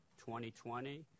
2020